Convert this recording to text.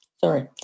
sorry